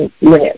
live